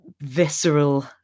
visceral